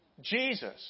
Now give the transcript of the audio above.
Jesus